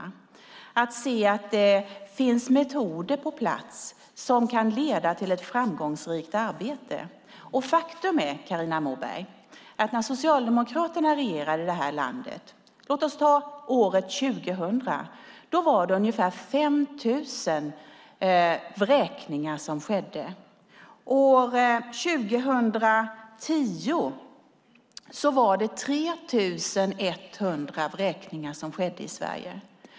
Det gör vi genom att se till att det finns metoder på plats som kan leda till ett framgångsrikt arbete. Faktum är, Carina Moberg, att när Socialdemokraterna regerade det här landet - låt oss ta året 2000 som exempel - skedde ungefär 5 000 vräkningar. År 2010 skedde 3 100 vräkningar i Sverige.